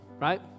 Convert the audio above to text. right